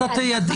אז את תיידעי,